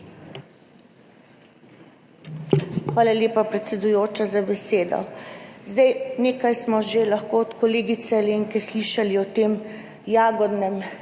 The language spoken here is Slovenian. Hvala lepa, predsedujoča, za besedo. Zdaj, nekaj smo že lahko od kolegice Alenke slišali o tem jagodnem izboru